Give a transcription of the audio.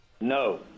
No